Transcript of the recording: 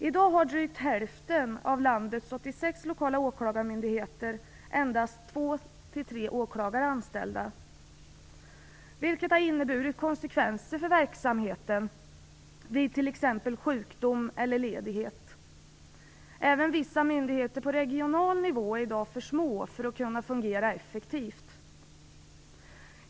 I dag har drygt hälften av landets 86 lokala åklagarmyndigheter endast två till tre åklagare anställda, vilket har inneburit konsekvenser för verksamheten vid t.ex. sjukdom eller ledighet. Även vissa myndigheter på regional nivå är i dag för små för att kunna fungera effektivt.